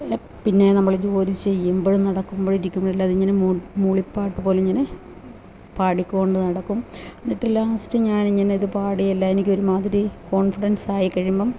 പിന്നെ നമ്മൾ ഇത് പോലെ ചെയ്യുമ്പോഴും നടക്കുമ്പോഴും ഇരിക്കുമ്പോഴെല്ലാം അതിങ്ങനെ മൂ മൂളിപ്പാട്ട് പോലിങ്ങനെ പാടിക്കോണ്ട് നടക്കും എന്നിട്ട് ലാസ്റ്റ് ഞാനിങ്ങനെത് പാടിയെല്ലാ എനിക്കൊരുമാതിരി കോൺഫിഡൻസായിക്കഴിയുമ്പോള്